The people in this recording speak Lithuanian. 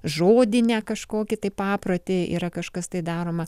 žodį ne kažkokį tai paprotį yra kažkas tai daroma